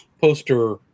poster